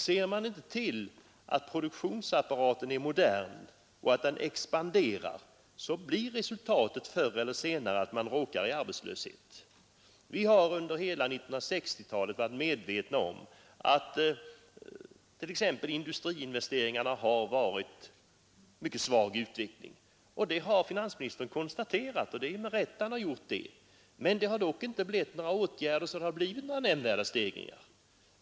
Om man inte ser till att produktionsapparaten är modern och att den expanderar, så blir resultatet förr eller senare att vi får arbetslöshet. Under 1960-talet var vi som bekant medvetna om att t.ex. industriinvesteringarna var för svaga. Det konstaterade också finansministern med all rätt. Men det vidtogs inga sådana åtgärder att det blev några nämnvärda stegringar.